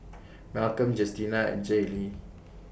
Malcom Justina and Jaylee